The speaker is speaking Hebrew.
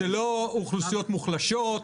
זה לא אוכלוסיות מוחלשות.